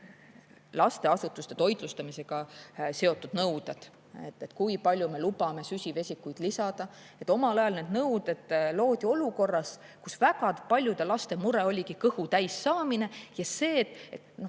lasteasutuste toitlustamisega seotud nõuded, et kui palju me lubame süsivesikuid lisada. Omal ajal need nõuded loodi olukorras, kus väga paljude laste mure oligi kõhu täis saamine ja ka riik